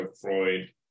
Freud